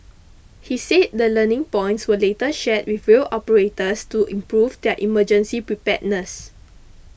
he see the learning points were later shared with rail operators to improve their emergency preparedness